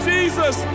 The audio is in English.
Jesus